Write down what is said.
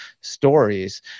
stories